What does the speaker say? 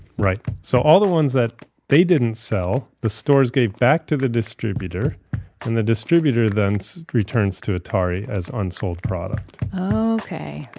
right. so, all the ones that they didn't sell, the stores gave back to the distributor and the distributor then returns to atari as unsold product okay,